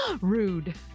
Rude